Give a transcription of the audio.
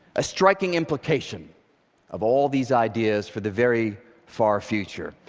a striking implication of all these ideas for the very far future.